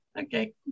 Okay